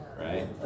Right